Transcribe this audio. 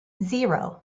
zero